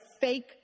fake